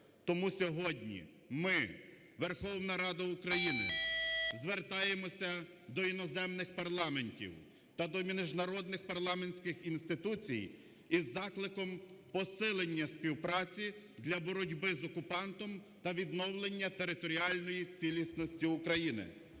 тому сьогодні ми, Верховна Рада України, звертаємося до іноземних парламентів та до міжнародних парламентських інституцій із закликом посилення співпраці для боротьби з окупантом та відновлення територіальної цілісності України.